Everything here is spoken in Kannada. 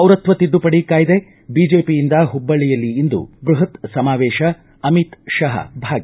ಪೌರತ್ವ ತಿದ್ದುಪಡಿ ಕಾಯ್ದೆ ಬಿಜೆಪಿಯಿಂದ ಹುಬ್ಬಳ್ಳಿಯಲ್ಲಿ ಇಂದು ಬೃಹತ್ ಸಮಾವೇಶ ಅಮಿತ್ ಶಹಾ ಭಾಗಿ